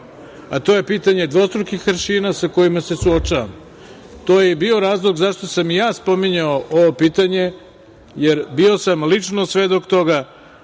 a to je pitanje dvostrukih aršina sa kojima se suočavamo. To je i bio razlog zašto sam i ja spominjao ovo pitanje, jer bio sam lično svedok toga